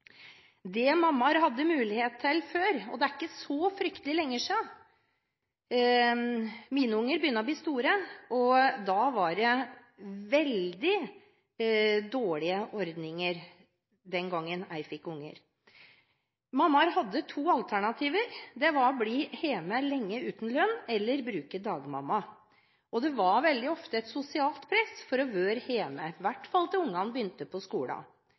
Mammaer hadde mulighet til to alternativer før, og det er ikke så fryktelig lenge siden – mine unger begynner å bli store, og det var veldig dårlige ordninger den gangen jeg fikk unger – det var å bli hjemme lenge uten lønn, eller bruke dagmamma. Det var veldig ofte et sosialt press for å være hjemme, i hvert fall til ungene begynte på skolen.